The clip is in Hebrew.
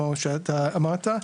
כמו שאתה אמרת,